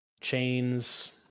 Chains